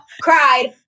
cried